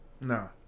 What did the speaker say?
No